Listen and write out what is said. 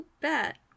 bet